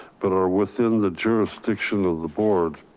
but are within the jurisdiction of the board.